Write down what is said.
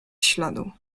śladu